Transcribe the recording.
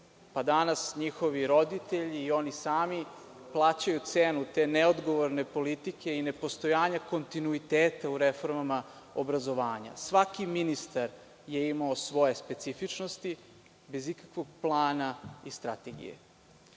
Danas njihovi roditelji i oni sami plaćaju cenu te neodgovorne politike i nepostojanja kontinuiteta u reformama obrazovanja. Svaki ministar je imao svoje specifičnosti, bez ikakvog plana i strategije.